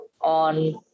on